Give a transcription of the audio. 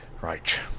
right